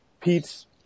Pete's